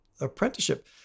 apprenticeship